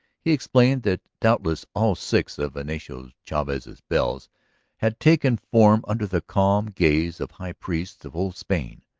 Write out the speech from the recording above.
he explained that doubtless all six of ignacio chavez's bells had taken form under the calm gaze of high priests of old spain.